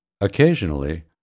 Occasionally